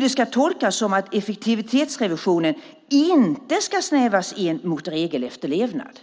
Det ska tolkas som att effektivitetsrevisionen inte ska snävas in mot regelefterlevnad.